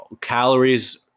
Calories